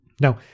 Now